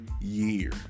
year